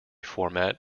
format